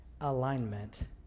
alignment